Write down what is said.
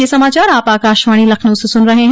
ब्रे क यह समाचार आप आकाशवाणी लखनऊ से सुन रहे हैं